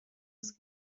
des